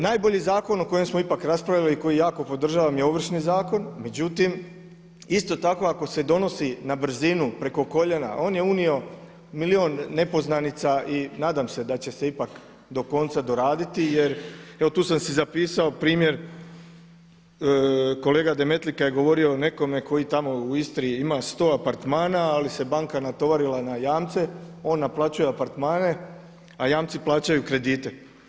Najbolji zakon o kojem smo ipak raspravili i koji jako podržavam je Ovršni zakon međutim isto tako ako se donosi na brzinu, preko koljena, on je unio milijun nepoznanica i nadam se da će se ipak do konca doraditi jer, evo tu sam si zapisao primjer, kolega Demetlika je govorio o nekome koji tamo u Istri ima 100 apartmana ali se banka natovarila na jamce, on naplaćuje apartmane a jamci plaćaju kredite.